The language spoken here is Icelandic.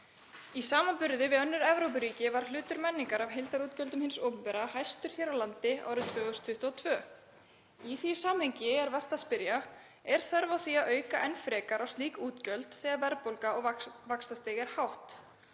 Í samanburði við önnur Evrópuríki var hlutur menningar af heildarútgjöldum hins opinbera mestur hér á landi árið 2022. Í því samhengi er vert að spyrja: Er þörf á því að auka enn frekar slík útgjöld þegar verðbólga og vaxtastig er hátt?